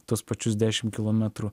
tuos pačius dešimt kilometrų